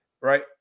Right